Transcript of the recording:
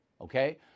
okay